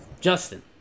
Justin